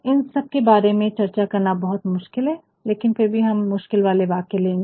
इन सबके बारे में चर्चा करना बहुत मुश्किल है लेकिन फिर हम कुछ मुश्किल वाले वाक्य लेंगे